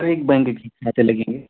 trick बंग की पता चल गई है